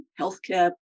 healthcare